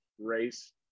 race